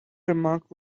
remark